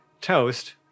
Toast